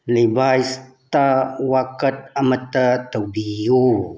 ꯂꯤꯕꯥꯏꯁꯇ ꯋꯥꯀꯠ ꯑꯃꯇ ꯇꯧꯕꯤꯌꯨ